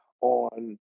on